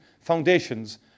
foundations